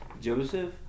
Joseph